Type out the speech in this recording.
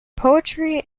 poetry